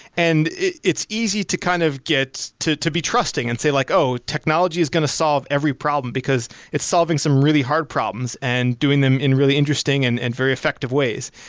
and it's easy to kind of gets to to be trusting and say, like oh! technology is going to solve every problem, because it's solving some really hard problems and doing them in really interesting and and very effective ways.